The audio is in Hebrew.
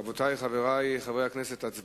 רבותי, חברי חברי הכנסת, הצבעה.